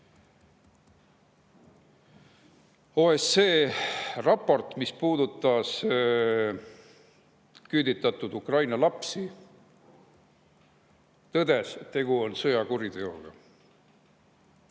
OSCE raport, mis puudutas küüditatud Ukraina lapsi, tõdes, et tegu on sõjakuriteoga.